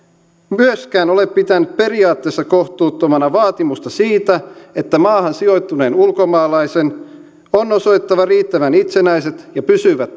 myöskään pitänyt periaatteessa kohtuuttomana vaatimusta siitä että maahan sijoittuneen ulkomaalaisen on osoitettava riittävän itsenäiset ja pysyvät